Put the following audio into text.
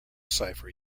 cipher